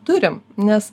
turim nes